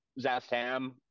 Zastam